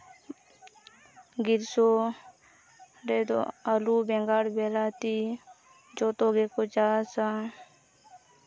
ᱜᱨᱤᱥᱚ ᱨᱮᱫᱚ ᱟᱹᱞᱩ ᱵᱮᱸᱜᱟᱲ ᱵᱤᱞᱟᱛᱤ ᱡᱚᱛᱚ ᱜᱮᱠᱚ ᱪᱟᱥᱟ